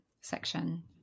section